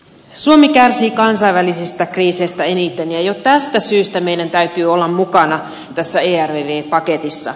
suomi kärsii kansainvälisistä kriiseistä eniten ja jo tästä syystä meidän täytyy olla mukana tässä ervv paketissa